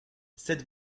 cette